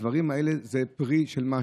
הדברים האלה זה פרי של משהו,